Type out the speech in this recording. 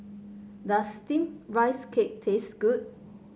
does steamed Rice Cake taste good